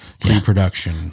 pre-production